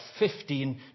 15